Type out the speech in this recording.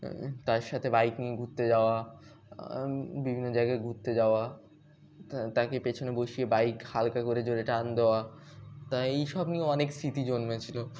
তার সাথে বাইক নিয়ে ঘুরতে যাওয়া বিভিন্ন জায়গায় ঘুরতে যাওয়া তাকে পেছনে বসিয়ে বাইক হালকা করে জোরে টার্ন দেওয়া তা এইসব নিয়ে অনেক স্মৃতি জন্মেছিল